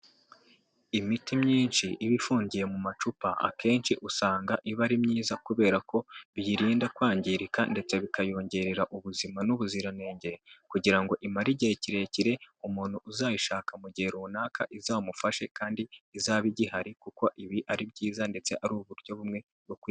Imiti myinshi iba ifungiye mu macupa, akenshi usanga iba ari myiza, kubera ko biyirinda kwangirika ndetse bikayongerera ubuzima n'ubuziranenge, kugira ngo imare igihe kirekire umuntu uzayishaka mu gihe runaka izamufashe, kandi izabe igihari, kuko ibi ari byiza ndetse ari uburyo bumwe bwo kwirinda.